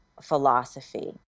philosophy